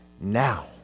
now